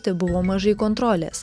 tai buvo mažai kontrolės